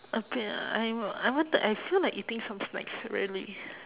a bit lah I am I want to I feel like eating some snacks really